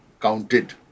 counted